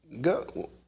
Go